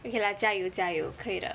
okay lah 加油加油可以的